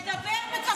תדבר בכבוד.